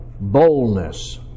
boldness